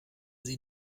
sie